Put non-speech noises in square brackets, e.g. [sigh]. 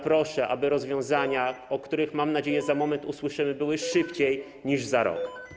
Proszę, aby rozwiązania, o których, mam nadzieję, [noise] za moment usłyszymy, były szybciej niż za rok.